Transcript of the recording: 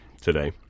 Today